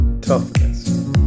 toughness